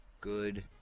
Good